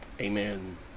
Amen